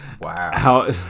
Wow